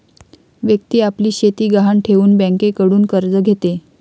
व्यक्ती आपली शेती गहाण ठेवून बँकेकडून कर्ज घेते